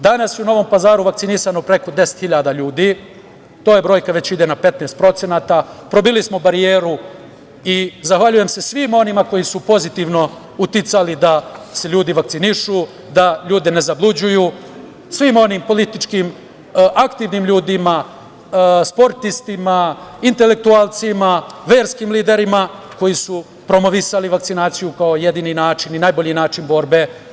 Danas u Novom Pazaru vakcinisano je preko 10.000 ljudi, to je brojka koja već ide na 15%, probili smo barijeru i zahvaljujem se svima onima koji su pozitivno uticali da se ljudi vakcinišu, da ljude ne zaluđuju, svim onim političkim aktivnim ljudima, sportistima, intelektualcima, verskim liderima koji su promovisali vakcinaciju kao jedini način i najbolji način borbe.